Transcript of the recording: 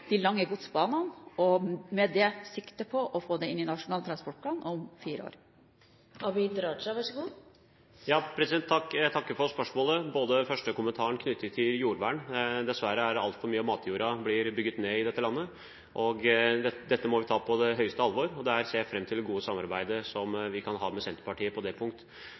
de lange godsbanene og med det sikte på å få det inn i Nasjonal transportplan om fire år. Jeg takker for spørsmålet og kommentaren knyttet til jordvern. Dessverre blir altfor mye av matjorden bygget ned i dette landet, og det må vi ta på det høyeste alvor. Jeg ser fram til det gode samarbeidet vi kan ha med Senterpartiet på det